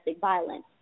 Violence